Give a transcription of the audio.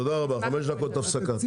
תודה רבה, חמש דקות הפסקה.